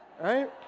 right